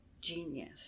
genius